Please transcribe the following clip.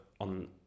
on